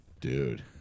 Dude